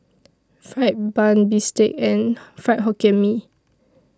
Fried Bun Bistake and Fried Hokkien Mee